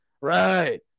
right